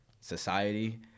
society